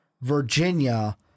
Virginia